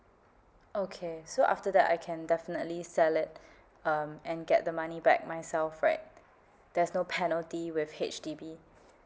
okay so after that I can definitely sell it um and get the money back myself right there's no penalty with H_D_B